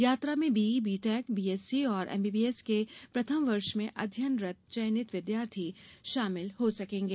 यात्रा में बीईबीटेकबीएससी और एमबीबीएस के प्रथम वर्ष में अध्ययनरत चयनित विद्यार्थी शामिल हो सकेंगे